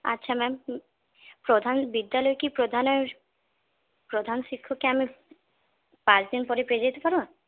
আচ্ছা ম্যাম প্রধান বিদ্যালয় কি প্রধানের প্রধান শিক্ষককে কি আমি পাঁচদিন পরে পেয়ে যেতে পারবো